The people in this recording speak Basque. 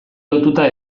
lotuta